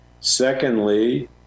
Secondly